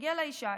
הגיעה אליי אישה,